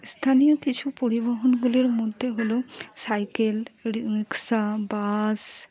স্থানীয় কিছু পরিবহনগুলির মধ্যে হলো সাইকেল রিকশা বাস